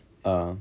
err